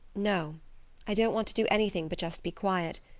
no i don't want to do anything but just be quiet.